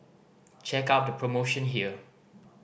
check out the promotion here